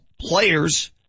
players